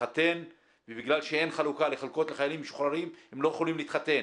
להתחתן ובגלל שאין חלוקה לחלקות לחיילים משוחררים הם לא יכולים להתחתן.